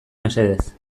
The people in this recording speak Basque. mesedez